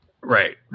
right